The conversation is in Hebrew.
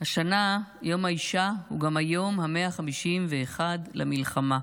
השנה יום האישה הוא גם היום ה-151 למלחמה.